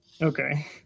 okay